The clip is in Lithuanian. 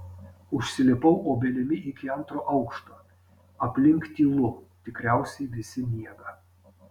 užsilipau obelimi iki antro aukšto aplink tylu tikriausiai visi miega